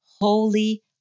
Holy